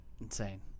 Insane